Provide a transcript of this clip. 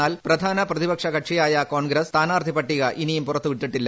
എന്നാൽ പ്രധാന പ്രതിപക്ഷ കക്ഷിയായ കോൺഗ്രസ് സ്ഥാനാർത്ഥി പട്ടിക ഇനിയും പുറത്തു വിട്ടിട്ടില്ല